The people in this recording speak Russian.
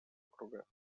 округа